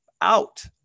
out